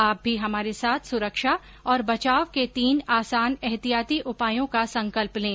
आप भी हमारे साथ सुरक्षा और बचाव के तीन आसान एहतियाती उपायों का संकल्प लें